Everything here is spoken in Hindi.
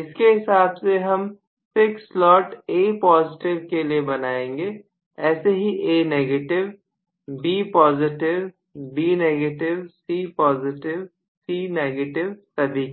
इसके हिसाब से हम 6 स्लॉट A पॉजिटिव के लिए बनाएंगे ऐसे ही A negative B positive B negative C positive C negative सभी के लिए